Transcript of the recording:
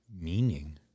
meaning